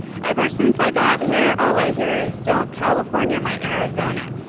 ever since i got here, all i hear is don't california my arizona.